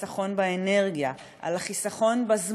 על החיסכון באנרגיה,